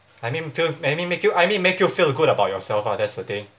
I mean fe~ I mean make you I mean make you feel good about yourself ah that's the thing